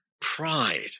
pride